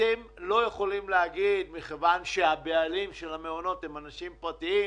אתם לא יכולים להגיד: מכיוון שהבעלים של המעונות הם אנשים פרטיים,